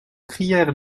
crièrent